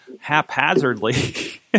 haphazardly